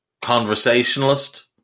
conversationalist